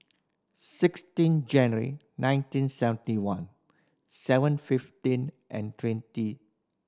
sixteen January nineteen seventy one seven fifteen and twenty